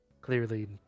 clearly